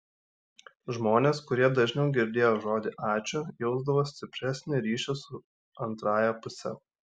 žmonės kurie dažniau girdėjo žodį ačiū jausdavo stipresnį ryšį su antrąja puse